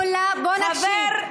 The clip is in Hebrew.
לא נכון,